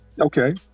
Okay